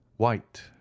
white